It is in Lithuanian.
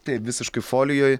taip visiškai folijoj